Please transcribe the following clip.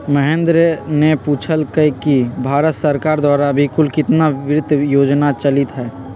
महेंद्र ने पूछल कई कि भारत सरकार द्वारा अभी कुल कितना वित्त योजना चलीत हई?